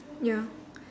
ya